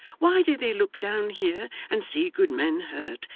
why do they look down here and see good men hurt,